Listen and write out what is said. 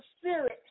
Spirit